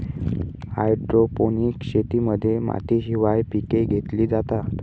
hydroponics शेतीमध्ये मातीशिवाय पिके घेतली जातात